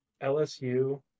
LSU